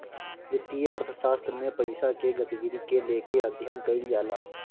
वित्तीय अर्थशास्त्र में पईसा के गतिविधि के लेके अध्ययन कईल जाला